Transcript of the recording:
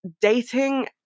dating